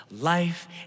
life